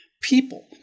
people